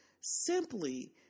simply